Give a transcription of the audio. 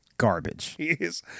Garbage